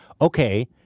okay